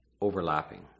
overlapping